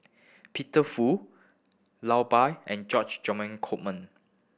Peter Fu and George Coleman